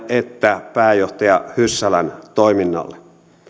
että pääjohtaja hyssälän toiminnalle